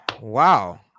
Wow